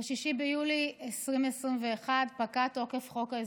ב-6 ביולי 2021 פקע תוקף חוק האזרחות.